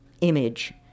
image